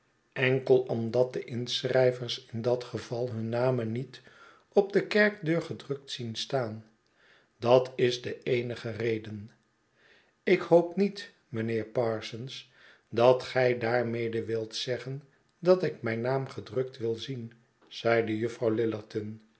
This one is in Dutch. enkel omdat de inschrijvers in dat geval hun namen niet op de kerkdeur gedrukt zien staan dat is de eenige reden ik hoop niet mijnheer parsons dat gij daarmede wilt zeggen dat ik mijn naam gedrukt wil zien zeide juffrouw